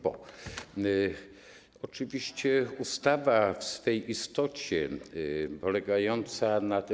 Bo oczywiście ustawa w swej istocie polegająca na tym.